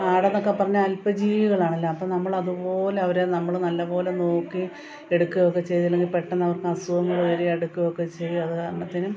ആട് എന്നൊക്കെ പറഞ്ഞാൽ അൽപ്പജീവികളാണല്ലോ അപ്പം നമ്മൾ അതുപോലെ അവരെ നമ്മൾ നല്ലതുപോലെ നോക്കുവേം എടുക്കുവേം ഒക്കെ ചെയ്തില്ലെങ്കിൽ പെട്ടെന്ന് അവർക്ക് അസുഖങ്ങൾ വരൂവേം എടുക്കുവേം ഒക്കെ ചെയ്യും അത് കാരണത്തിന്